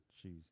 shoes